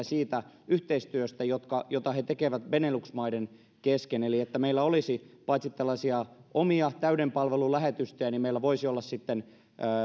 siitä yhteistyöstä jota he tekevät benelux maiden kesken eli paitsi että meillä olisi tällaisia omia täyden palvelun lähetystöjä meillä voisi olla sitten paitsi